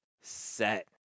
set